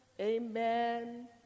amen